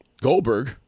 Goldberg